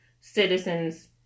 citizens